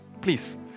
please